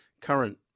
current